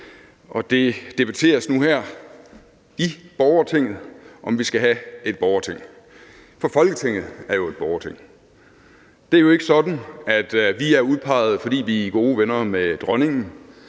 det debatteres nu her i borgertinget, om vi skal have et borgerting. For Folketinget er jo et borgerting. Det er jo ikke sådan, at vi er udpeget, fordi vi er gode venner med dronningen,